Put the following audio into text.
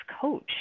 coach